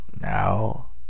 Now